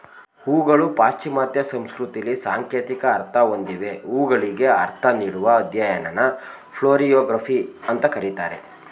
ಹೂಗಳು ಪಾಶ್ಚಿಮಾತ್ಯ ಸಂಸ್ಕೃತಿಲಿ ಸಾಂಕೇತಿಕ ಅರ್ಥ ಹೊಂದಿವೆ ಹೂಗಳಿಗೆ ಅರ್ಥ ನೀಡುವ ಅಧ್ಯಯನನ ಫ್ಲೋರಿಯೊಗ್ರಫಿ ಅಂತ ಕರೀತಾರೆ